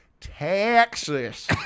Texas